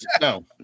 no